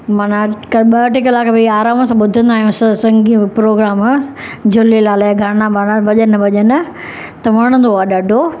माना हिकु ॿ टे कलाकु वेई आराम सां ॿुधंदा आहियूं सत्संगी प्रोग्राम झूलेलाल जा गाना बाना भॼनु वॼनु त वणंदो आहे ॾाढो